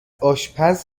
آشپز